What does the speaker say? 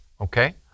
okay